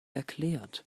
erklärt